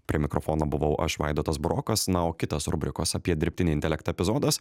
prie mikrofono buvau aš vaidotas burokas na o kitas rubrikos apie dirbtinį intelektą epizodas